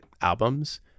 albums